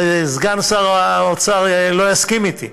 וסגן שר האוצר לא יסכים אתי,